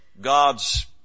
God's